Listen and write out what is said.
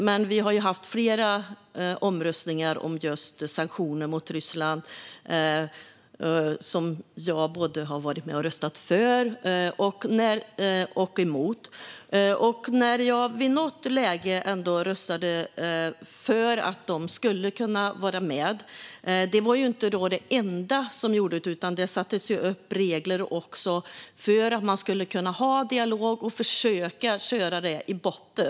Men vi har ju haft flera omröstningar om just sanktioner mot Ryssland, och jag har varit med och röstat både för och emot i dessa omröstningar. När jag vid något tillfälle röstade för att Ryssland skulle kunna vara med var detta inte det enda som gjorde det, utan det sattes upp regler för att man skulle kunna ha dialog och försöka köra det i botten.